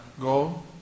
go